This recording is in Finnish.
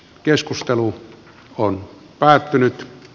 keskustelu on päättynyt